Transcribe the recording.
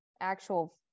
actual